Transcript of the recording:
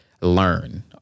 learn